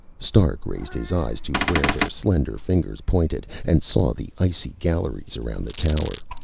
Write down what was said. stark raised his eyes to where their slender fingers pointed, and saw the icy galleries around the tower,